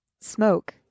smoke